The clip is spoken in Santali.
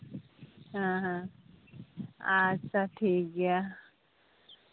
ᱦᱮᱸ ᱦᱮᱸ ᱟᱪᱪᱷᱟ ᱴᱷᱤᱠ ᱜᱮᱭᱟ